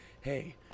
hey